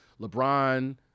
LeBron